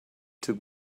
took